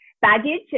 Baggage